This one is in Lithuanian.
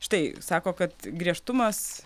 štai sako kad griežtumas